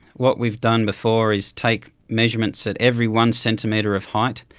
what we've done before is take measurements at every one centimetre of height,